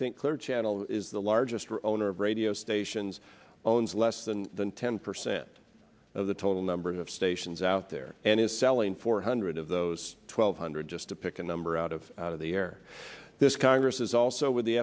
think clear channel is the largest or owner of radio stations owns less than than ten percent of the total number of stations out there and is selling four hundred of those twelve hundred just to pick a number out of out of the air this congress is also with the